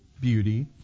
beauty